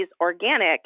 Organic